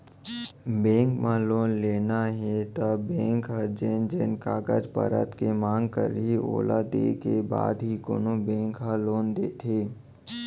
bank म loan लेना हे त बेंक ह जेन जेन कागज पतर के मांग करही ओला देय के बाद ही कोनो बेंक ह लोन देथे